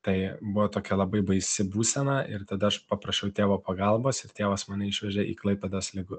tai buvo tokia labai baisi būsena ir tada aš paprašiau tėvo pagalbos ir tėvas mane išvežė į klaipėdos ligų